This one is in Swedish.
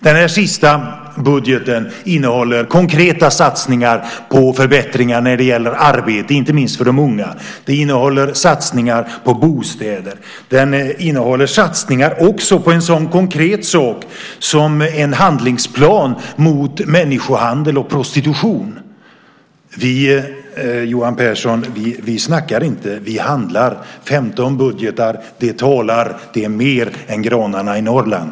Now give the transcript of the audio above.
Den senaste budgeten innehåller konkreta satsningar på förbättringar när det gäller arbete, inte minst för de unga. Den innehåller satsningar på bostäder. Den innehåller satsningar också på en sådan konkret sak som en handlingsplan mot människohandel och prostitution. Vi snackar inte, Johan Pehrson, vi handlar. 15 budgetar talar, det är mer än granarna i Norrland.